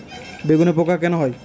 বেগুনে পোকা কেন হয়?